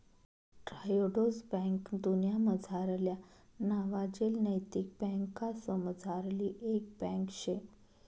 Triodos bank दुन्यामझारल्या नावाजेल नैतिक बँकासमझारली एक बँक शे